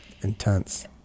intense